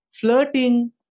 flirting